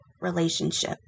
relationship